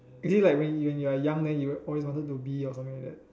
okay like when when you're young then you always wanted to be or something like that